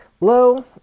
low